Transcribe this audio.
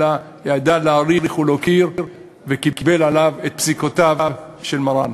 אלא ידע להעריך ולהוקיר וקיבל עליו את פסיקותיו של מרן.